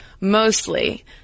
mostly